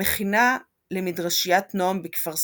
המכינה למדרשית נעם בכפר סבא,